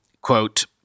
Quote